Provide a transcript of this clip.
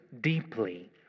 deeply